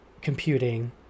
computing